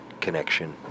connection